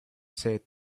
said